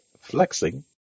flexing